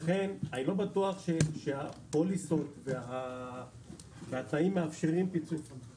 לכן אני לא בטוח שהפוליסות והתנאים מאפשרים בדרך